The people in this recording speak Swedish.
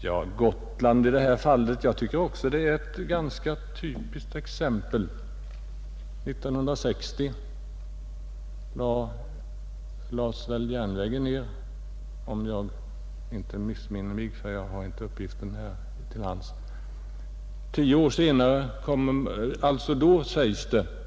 Jag tycker också att Gotland är ett ganska typiskt exempel. Det var att förbättra transportförsörjningen väl 1960 som järnvägen lades ner — jag har inte uppgifterna till hands.